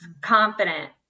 confident